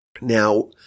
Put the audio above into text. Now